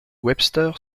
webster